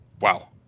Wow